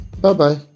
Bye-bye